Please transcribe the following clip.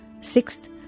Sixth